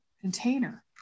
container